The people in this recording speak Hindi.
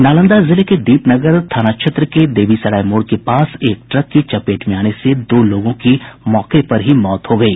नालंदा जिले के दीप नगर थाना क्षेत्र के देवी सराय मोड़ के पास एक ट्रक की चपेट में आने से दो लोगों की मौके पर ही मौत हो गयी